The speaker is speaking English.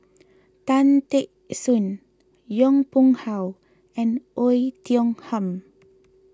Tan Teck Soon Yong Pung How and Oei Tiong Ham